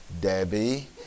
Debbie